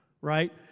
right